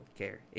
care